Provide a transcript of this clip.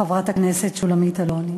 חברת הכנסת שולמית אלוני.